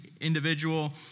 individual